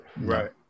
right